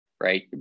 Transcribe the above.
Right